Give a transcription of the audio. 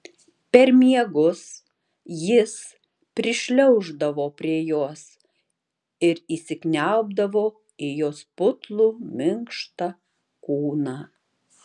per miegus jis prišliauždavo prie jos ir įsikniaubdavo į jos putlų minkštą kūną